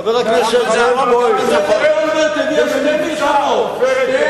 ממשלת אולמרט הביאה שתי מלחמות.